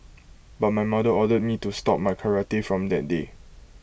but my mother ordered me to stop my karate from that day